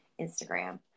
Instagram